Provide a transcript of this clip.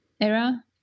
era